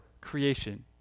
creation